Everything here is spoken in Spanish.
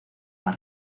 más